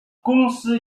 公司